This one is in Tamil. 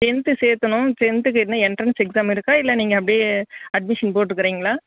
டென்த் சேர்க்கணும் டென்த்துக்கு எதுனால் எண்ட்ரன்ஸ் எக்ஸாம் இருக்கா இல்லை நீங்கள் அப்படியே அட்மிஷன் போட்டுக்கிறீங்களா